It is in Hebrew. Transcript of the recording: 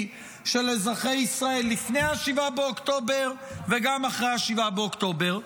של אזרחי ישראל לפני 7 באוקטובר וגם אחרי 7 באוקטובר.